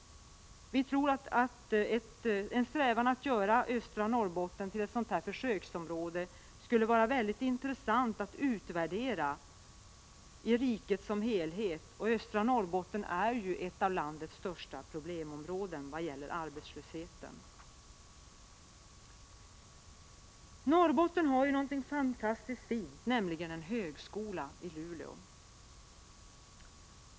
Vi tror att en strävan att göra östra Norrbotten till ett sådant här försöksområde skulle vara intressant att utvärdera för riket som helhet. Östra Norrbotten är ju ett av landets största problemområden vad gäller arbetslösheten. Norrbotten har någonting fantastiskt fint, nämligen en högskola i Luleå.